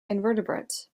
invertebrates